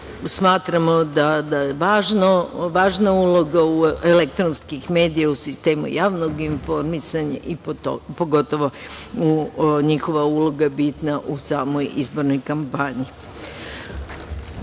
smatramo da je važna uloga elektronskih medija u sistemu javnog informisanja, i pogotovo njihova uloga je bitna u samoj izbornoj kampanji. Dakle,